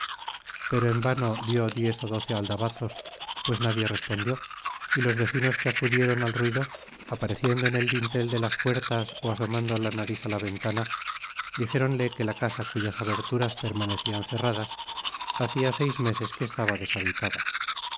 pero en vano dió diez ó doce aldabazos pues nadie respondió y los vecinos que acudieron al ruido apareciendo en el dintel de las puertas ó asomando la nariz á la ventana dijéronle que la casa cuyas aberturas permanecían cerradas hacia seis meses que estaba deshabitada